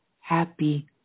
happy